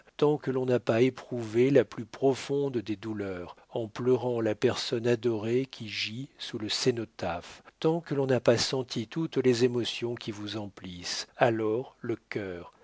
tant que l'on n'a pas éprouvé la plus profonde des douleurs en pleurant la personne adorée qui gît sous le cénotaphe tant que l'on n'a pas senti toutes les émotions qui vous emplissent alors le cœur